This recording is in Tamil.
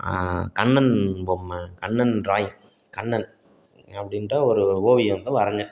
கண்ணன் பொம்மை கண்ணன் ட்ராயிங் கண்ணன் அப்படின்ற ஒரு ஓவியம் வந்து வரைஞ்சேன்